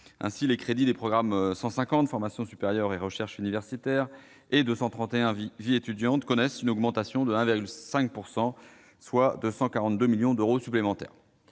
2019 : les crédits des programmes 150 « Formations supérieures et recherche universitaire » et 231 « Vie étudiante » connaissent une augmentation de 1,5 %, ce qui représente 242 millions d'euros supplémentaires.